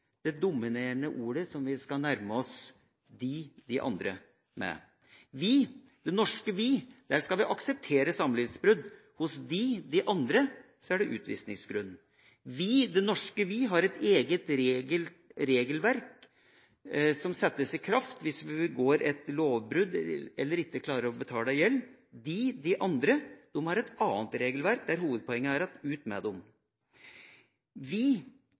det dominerende ordet vi skal nærme oss dem, de andre, med. Vi, det norske vi, skal akseptere samlivsbrudd. For dem, de andre, er det utvisningsgrunn. Vi, det norske vi, har et eget regelverk som settes i kraft hvis vi begår et lovbrudd eller ikke klarer å betale gjeld. De, de andre, har et annet regelverk, der hovedpoenget er: Ut med dem! Vi,